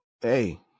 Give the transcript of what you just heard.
hey